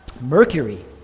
Mercury